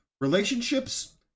relationships